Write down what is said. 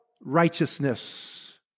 righteousness